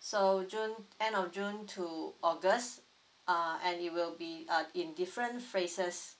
so june end of june to august uh and it will be uh in different phases